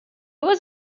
was